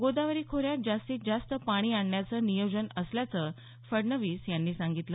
गोदावरी खोऱ्यात जास्तीत जास्त पाणी आणण्याचं नियोजन असल्याचं फडणवीस यांनी सांगितलं